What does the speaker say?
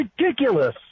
ridiculous